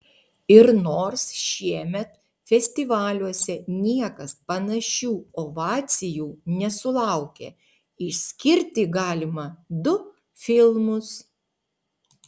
ir nors šiemet festivaliuose niekas panašių ovacijų nesulaukė išskirti galima du filmus